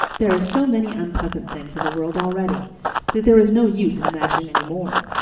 there are so many unpleasant things in the world already that there is no use in imagining any more.